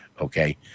Okay